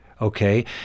Okay